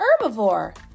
herbivore